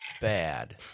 bad